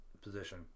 position